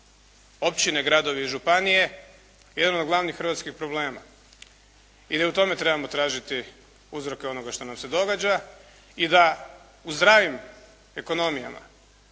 općine, gradovi i županije jedan od glavnih hrvatskih problema. I da u tome trebamo tražiti uzroke onoga što nam se događa i da u zdravim ekonomijama,